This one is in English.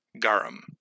Garum